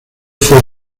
fue